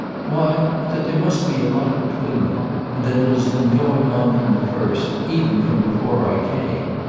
why that there must be a lot between them and that it has been going on from the first even from before i came.